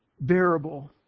bearable